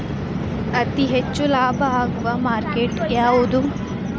ಅತಿ ಹೆಚ್ಚು ಲಾಭ ಆಗುವ ಮಾರ್ಕೆಟ್ ಯಾವುದು?